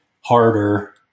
harder